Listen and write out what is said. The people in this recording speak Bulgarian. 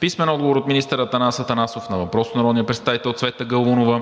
Писмен отговор от министър Атанас Атанасов на: - въпрос от народния представител Цвета Галунова.